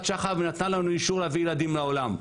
שחר ונתנה לנו אישור להביא ילדים לעולם.